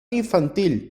infantil